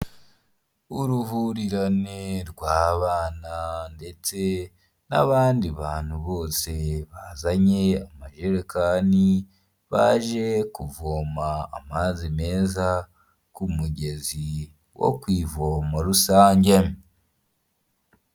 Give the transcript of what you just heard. Uruhurirane rw'abana ndetse n'abandi bantu bose, bazanye amayerekani baje kuvoma amazi meza ku mugezi wo ku ivomo rusange.